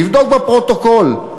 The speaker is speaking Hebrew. תבדוק בפרוטוקול.